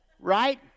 Right